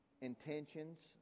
intentions